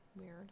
Weird